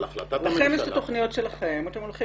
לכם יש את התוכניות שלכם ואתם הולכים